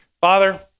Father